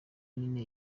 nyene